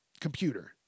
computer